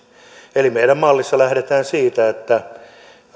meidän mallissamme lähdetään siitä että jos